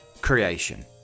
creation